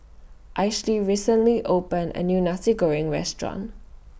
Ainsley recently opened A New Nasi Goreng Restaurant